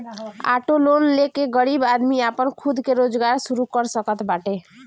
auto loan ले के गरीब आदमी आपन खुद के रोजगार शुरू कर सकत बाटे